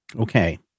Okay